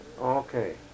Okay